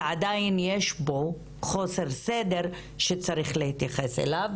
ועדיין יש פה חוסר סדר שצריך להתייחס אליו,